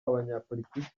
abanyapolitiki